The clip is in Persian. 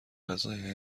غذای